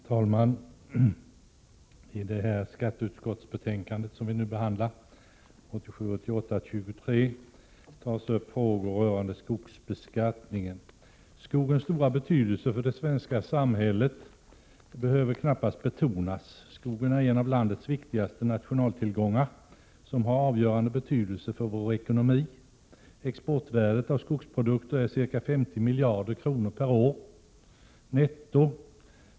Herr talman! I det skatteutskottsbetänkande, som vi nu behandlar (1987 år netto.